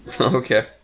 Okay